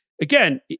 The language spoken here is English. again